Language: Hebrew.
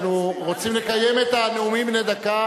אנחנו רוצים לקיים את הנאומים בני דקה